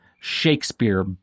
Shakespeare